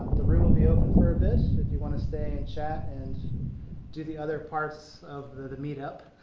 the room will be open for a bit if you want to stay and chat and do the other parts of the meetup.